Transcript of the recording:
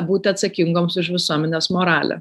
būti atsakingoms už visuomenės moralę